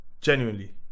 Genuinely